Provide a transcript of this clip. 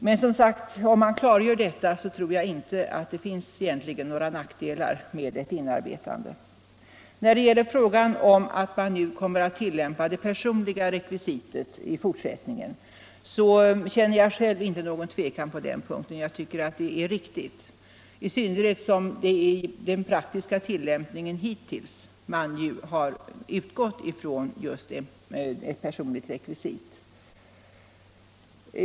Men om man klargör hur det förhåller sig så tror jag inte att det egentligen finns några nackdelar med ett inarbetande. När det gäller frågan om att man kommer att tillämpa det personliga rekvisitet i fortsättningen, så känner jag själv inte någon tvekan på den punkten. Jag tycker det är riktigt, i synnerhet som man i den praktiska tillämpningen hittills ju utgått just från ett personligt rekvisit.